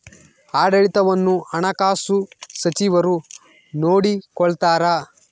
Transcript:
ಆಡಳಿತವನ್ನು ಹಣಕಾಸು ಸಚಿವರು ನೋಡಿಕೊಳ್ತಾರ